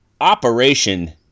Operation